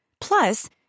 Plus